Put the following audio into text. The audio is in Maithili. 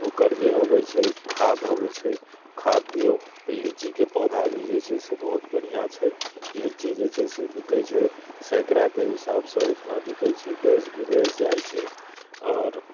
ओकर जे अबैत छै खाद अबैत छै खाद दियौ तऽ लीचीके पौधा भी जे छै से बहुत बढ़िआँ छै लीची जे छै से बिकैत छै सैकड़ाके हिसाबसँ एहिठिना बिकैत छै देश विदेश जाइत छै आओर